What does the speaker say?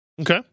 Okay